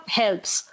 helps